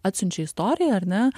atsiunčia istoriją ar ne